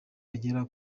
agera